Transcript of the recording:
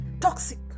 Toxic